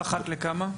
אחת לכמה זמן?